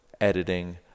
editing